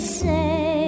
say